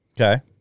Okay